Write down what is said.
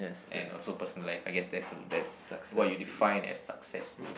and also personal life I guess that's that's what you define as successful